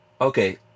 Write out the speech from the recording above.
okay